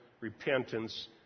repentance